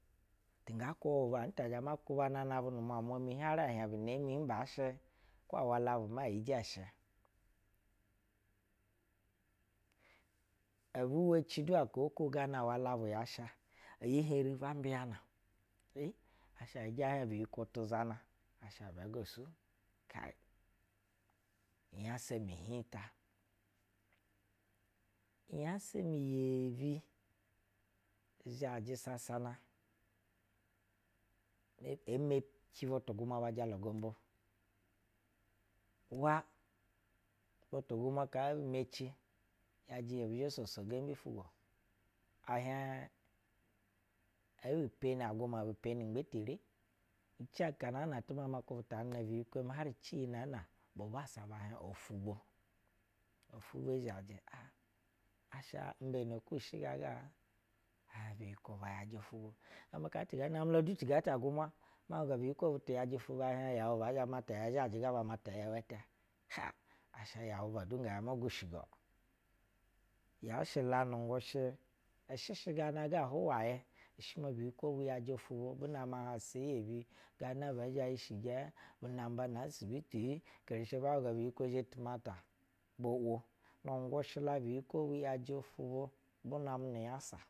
Tu nga kwub bub ana ntɛ zhɛ ma kwubana nab u nu umwamwa mi har ɛhiɛh bu nee nri hi bashɛ kwo awalabu ma ijɛ shɛ? Ɛbi hieci hwai aka aka gana walabu ya sha iyi heri ba mbiyana eh! Ijɛ ɛhiɛh biyikwo tuzana asha ibɛ gɛ su? Unyasa mu hin ta. Unyansa mi yeebi, ishajɛ sasana emeci butu gumwa kaa ebu meci i yajɛ iyi nɛ ebi zhɛ bo soso gem bi ufugwo ehiɛn e e bu peni aguma ebu peni ingbetere ici aka ng ana atu ma kubuta nu atuba ne biyi kwo mi har ci iyi naan a bbu bassa bɛ hiey ogubo, ofubo, zhajɛ ab! Asha imbe nɛ kub shv gaa ga? Ɛhieh bujikwo yajɛ ofubo. Hwohi ata tun ga ta na namɛ la du tun ga ta gumwa ma hwuga biyikwo butu yajɛ ofubo ehieb yɛu bɛ zhɛ mata bishɛ ba mata yɛu ɛtɛ. kai! Asha yɛu da ba du gvv zhɛ mo gushigo. yashɛ la nu ngushɛ ishɛ shɛ gana ga hu wajɛ ishɛ ma biyiwo yakɛ ofubi bu namɛ na ahausa eyebi, ga na bɛ zhɛ ishijɛɛ? Bu nan da na asibitu-i? Karishe ba hwuga buyikwo zhe tumata bo wo nu ngwushɛ la biyikwo bu yajv ofubo bun a na mɛ nu nyasa.